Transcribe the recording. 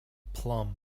plum